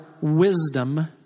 wisdom